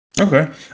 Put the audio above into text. Okay